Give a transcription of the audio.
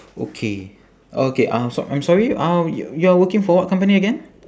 okay okay uh s~ I'm sorry uh y~ you are working for what company again